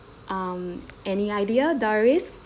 um any idea doris